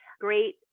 great